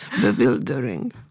bewildering